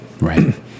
Right